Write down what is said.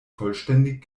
vollständig